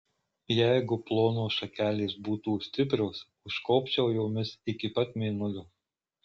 jeigu plonos šakelės būtų stiprios užkopčiau jomis iki pat mėnulio